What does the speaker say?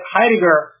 Heidegger